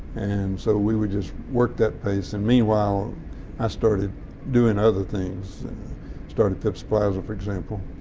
and so we would just work that pace, and meanwhile i started doing other things and started phipps plaza, for example,